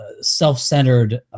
self-centered